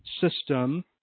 system